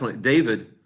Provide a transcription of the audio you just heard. David